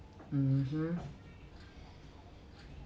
mmhmm